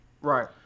Right